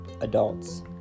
adults